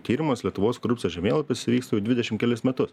tyrimas lietuvos korupcijos žemėlapis vyksta jau dvidešim kelis metus